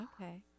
Okay